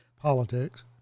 politics